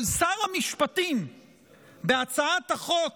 אבל בהצעת החוק